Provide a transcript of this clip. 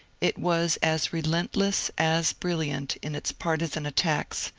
it was as relentless as brilliant in its partisan attacks,